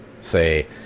say